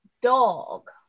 dog